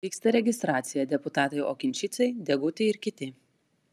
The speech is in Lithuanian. vyksta registracija deputatai okinčicai deguti ir kiti